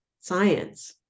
science